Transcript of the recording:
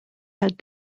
had